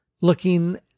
Looking